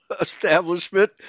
establishment